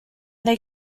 they